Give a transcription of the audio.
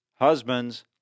Husbands